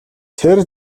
тэр